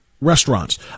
restaurants